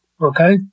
Okay